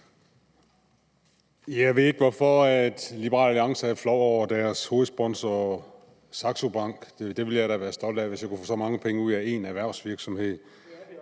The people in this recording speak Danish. Jeg ved ikke, hvorfor Liberal Alliance er flov over sin hovedsponsor, Saxo Bank. Jeg ville da være stolt, hvis jeg kunne få så mange penge ud af en erhvervsvirksomhed.